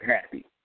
happy